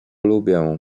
lubię